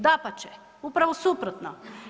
Dapače, upravo suprotno.